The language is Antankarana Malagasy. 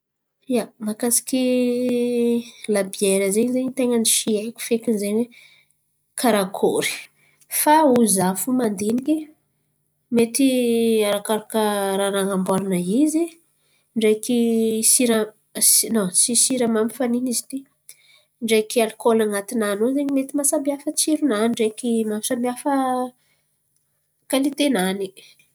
Ia, mahakasiky labiera zen̈y ze tain̈a tsy haiko fekiny zen̈y Karakory. Fa ho za fo mandiniky mety arakaraka raha nan̈aboarana ndraiky izy siramamy. Tsy siramamy fa nino izy ty? Fa ndraiky alikôly an̈atinany ao mety mahasamihafa tsironany ndraiky mahasamihafa kalite-nany.